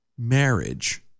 Marriage